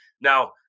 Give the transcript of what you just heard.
Now